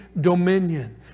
dominion